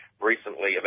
recently